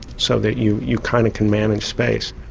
so that you you kind of can manage space.